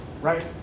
right